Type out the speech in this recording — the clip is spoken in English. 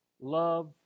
love